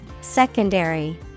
Secondary